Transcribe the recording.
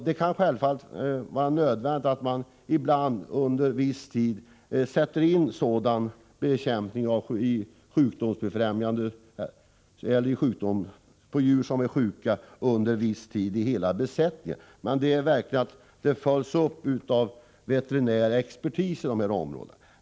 Det kan vara nödvändigt att man ibland under en viss tid sätter in sådan sjukdomsbekämpning på en hel djurbesättning som är sjuk. Men detta måste följas upp av veterinärexpertis.